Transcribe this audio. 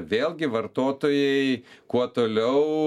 vėlgi vartotojai kuo toliau